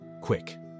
Quick